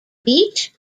beach